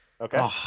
Okay